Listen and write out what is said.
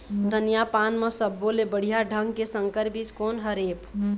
धनिया पान म सब्बो ले बढ़िया ढंग के संकर बीज कोन हर ऐप?